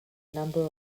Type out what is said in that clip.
number